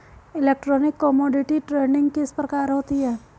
Electronic commodity trading किस प्रकार होती है?